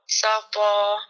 softball